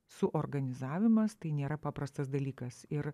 su organizavimas tai nėra paprastas dalykas ir